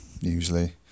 Usually